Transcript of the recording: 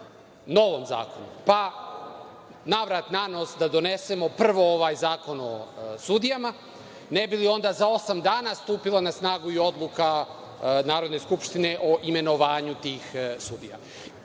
novom zakonu, pa navrat-nanos da donesemo prvo ovaj zakon o sudijama, ne bi li onda za osam dana stupila na snagu i odluka Narodne skupštine o imenovanju tih sudija. Bilo